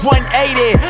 180